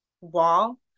wall